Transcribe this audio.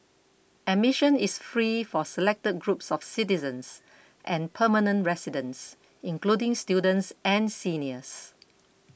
admission is free for selected groups of citizens and permanent residents including students and seniors